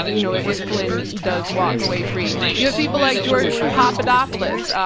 um you know, if flynn does walk away free, you have people like george papadopoulos,